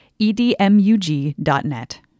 edmug.net